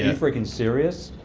and freakin' serious?